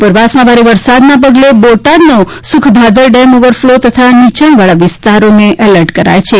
ઉપરવાસમાં ભારે વરસાદને પગલે બોટાદનો સુખભાદર ડેમ ઓવર ફલો થતા નીચાણવાળા વિસ્તારોને એલર્ટ કરાયા છે